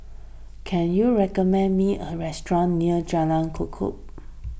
can you recommend me a restaurant near Jalan Chorak